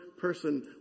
person